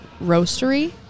roastery